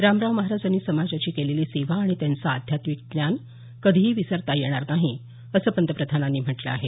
रामराव महाराज यांनी समाजाची केलेली सेवा आणि त्यांच आध्यात्मिक ज्ञान कधीही विसरता येणार नाही असं पंतप्रधानांनी म्हटलं आहे